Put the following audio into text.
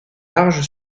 large